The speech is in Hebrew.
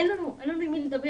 אין לנו עם מי לדבר,